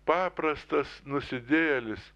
paprastas nusidėjėlis